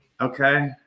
Okay